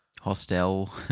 Hostel